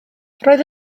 roedd